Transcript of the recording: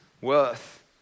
worth